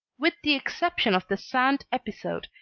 with the exception of the sand episode,